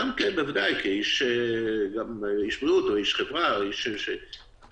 גם בוודאי כאיש בריאות, איש חברה או כאזרח,